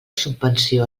subvenció